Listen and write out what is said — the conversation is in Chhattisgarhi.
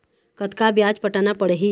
कतका ब्याज पटाना पड़ही?